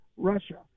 Russia